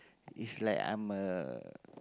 is like I am a